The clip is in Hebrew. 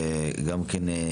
אחד.